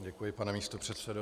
Děkuji, pane místopředsedo.